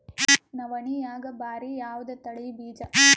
ನವಣಿಯಾಗ ಭಾರಿ ಯಾವದ ತಳಿ ಬೀಜ?